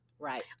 Right